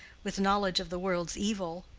with knowledge of the world's evil,